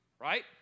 Right